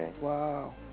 Wow